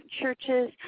churches